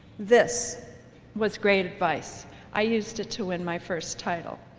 this was great advice i used it to win my first title.